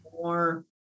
more